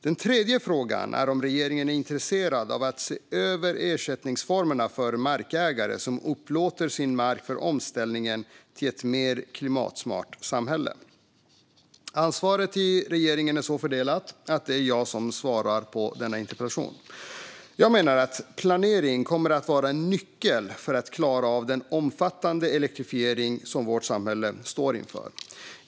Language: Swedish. Den tredje frågan är om regeringen är intresserad av att se över ersättningsformerna för markägare som upplåter sin mark för omställningen till ett mer klimatsmart samhälle. Ansvaret i regeringen är så fördelat att det är jag som ska svara på denna interpellation. Jag menar att planering kommer att vara en nyckel för att klara av den omfattande elektrifiering som vårt samhälle står inför.